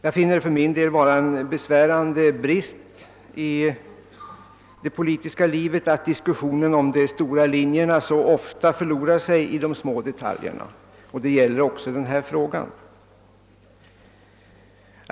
För min del finner jag det vara en besvärande brist i det politiska livet att diskussionen om de stora linjerna så ofta förlorar sig i de små detaljerna, och det gäller också denna fråga.